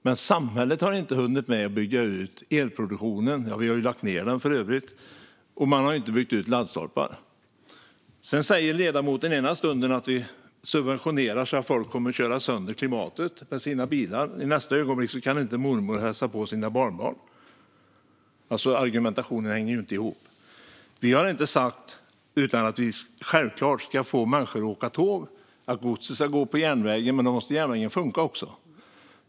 Men samhället har inte hunnit med att bygga ut elproduktionen - vi har lagt ned den, för övrigt - och man har inte byggt laddstolpar. Sedan säger ledamoten ena stunden att vi subventionerar så att folk kommer att förstöra klimatet med sina bilar. I nästa ögonblick säger hon att mormor inte kan hälsa på sina barnbarn. Argumentationen hänger inte ihop. Vi har inte sagt annat än att vi självklart ska få människor att åka tåg och att godset ska gå på järnväg, men då måste järnvägen funka.